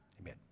amen